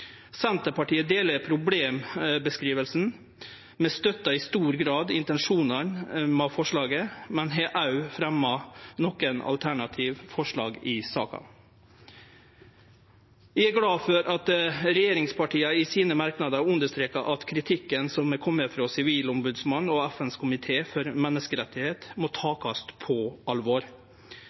Senterpartiet er einig i problembeskrivinga. Vi støttar i stor grad intensjonane med forslaget, men har òg fremja nokre alternative forslag i saka. Eg er glad for at regjeringspartia i merknadene sine understrekar at kritikken som er komen frå Sivilombodsmannen og FNs menneskerettskomité, må takast på alvor.